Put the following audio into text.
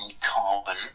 carbon